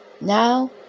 Now